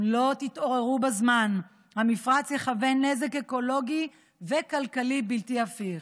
אם לא תתעוררו בזמן המפרץ יחווה נזק אקולוגי וכלכלי בלתי הפיך.